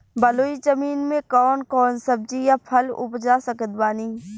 बलुई जमीन मे कौन कौन सब्जी या फल उपजा सकत बानी?